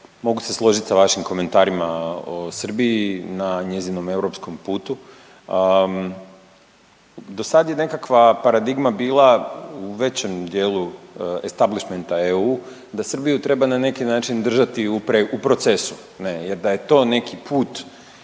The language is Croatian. Mogu se složiti sa vašim komentarima o Srbiji na njezinom europskom putu. Do sada je nekakva paradigma bila u većem dijelu establišmenta EU da Srbiju treba na neki način držati u procesu jer da je to neki put